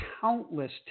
countless